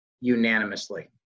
unanimously